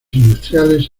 industriales